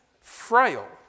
frail